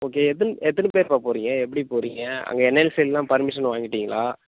okay எந்தன் எத்தனை பேருப்பா போகறீங்க எப்படி போகறீங்க அங்கே என்எல்சிலாம் பர்மிஷன் வாங்கிட்டீங்களா